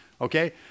okay